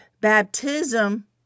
baptism